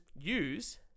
use